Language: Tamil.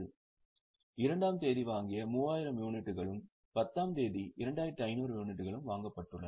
எனவே 2 ஆம் தேதி வாங்கிய 3000 யூனிட்டுகளும் 10 ஆம் தேதி 2500 யூனிட்டுகளும் வாங்கப்பட்டுள்ளன